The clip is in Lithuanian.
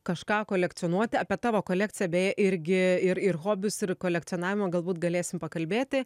kažką kolekcionuoti apie tavo kolekciją beje irgi ir ir hobius ir kolekcionavimą galbūt galėsim pakalbėti